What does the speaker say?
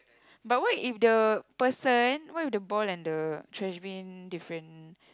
but what if the person what if the ball and the trash bin different